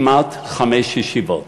כמעט חמש ישיבות.